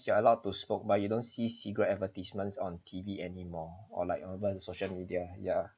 you are allowed to smoke but you don't see cigarette advertisements on T_V anymore or like even social media ya